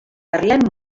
parlem